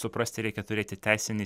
suprasti reikia turėti teisinį